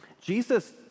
Jesus